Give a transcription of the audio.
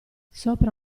sopra